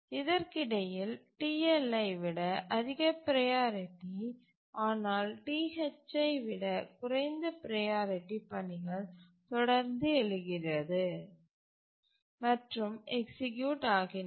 இதற்கிடையில் TL ஐ விட அதிக ப்ரையாரிட்டி ஆனால் TH ஐ விட குறைந்த ப்ரையாரிட்டி பணிகள் தொடர்ந்து எழுகிறது மற்றும் எக்சீக்யூட் ஆகின்றன